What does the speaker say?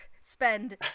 spend